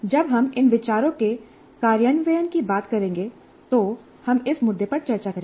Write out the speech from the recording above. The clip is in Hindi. जब हम इन विचारों के कार्यान्वयन की बात करेंगे तो हम इस मुद्दे पर चर्चा करेंगे